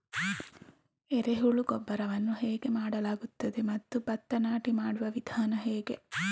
ಎರೆಹುಳು ಗೊಬ್ಬರವನ್ನು ಹೇಗೆ ಮಾಡಲಾಗುತ್ತದೆ ಮತ್ತು ಭತ್ತ ನಾಟಿ ಮಾಡುವ ವಿಧಾನ ಹೇಗೆ?